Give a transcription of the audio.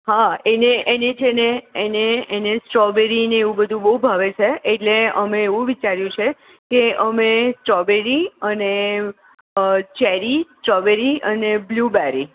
હા એને એને છે ને એને એને સ્ટોબેરીને એવું બધુ બોવ ભાવે છે એટલે અમે એવું વિચારિયું છે કે અમે સ્ટોબેરી અને ચેરી સ્ટોબેરી અને બ્લૂબેરી